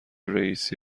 رییسی